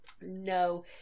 No